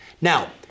Now